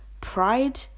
Pride